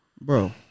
Bro